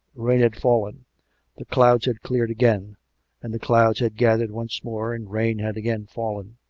rain had fallen the clouds had cleared again and the clouds had gathered once more and rain had again fallen.